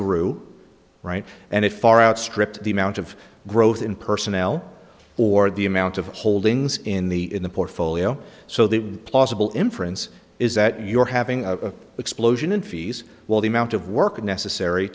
grew right and it far outstripped the amount of growth in personnel or the amount of holdings in the in the portfolio so that plausible inference is that you're having a explosion in fees while the amount of work necessary